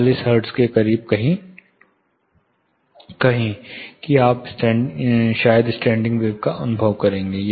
40 hertz के करीब कहीं कहें कि आप शायद स्टैंडिंग वेव का अनुभव करेंगे